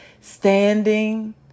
Standing